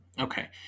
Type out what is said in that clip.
Okay